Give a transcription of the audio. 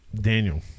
Daniel